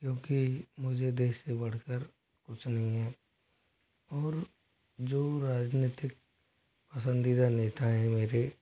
क्योंकि मुझे देश से बढ़कर कुछ नहीं है और जो राजनीतिक पसंदीदा नेता हैं मेरे